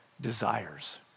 desires